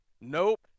nope